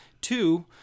Two